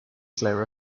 clara